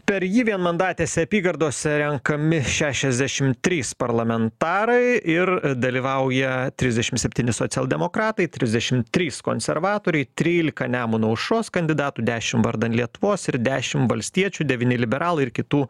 per jį vienmandatėse apygardose renkami šešiasdešim trys parlamentarai ir dalyvauja trisdešim septyni socialdemokratai trisdešim trys konservatoriai trylika nemuno aušros kandidatų dešim vardan lietuvos ir dešim valstiečių devyni liberalai ir kitų